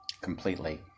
completely